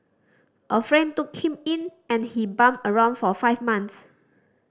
a friend took him in and he bummed around for five months